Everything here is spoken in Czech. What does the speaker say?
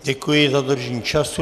Děkuji za dodržení času.